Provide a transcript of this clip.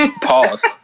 Pause